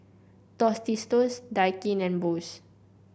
Tostitos Daikin and Bose